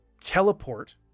teleport